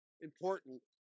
important